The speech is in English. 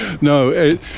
no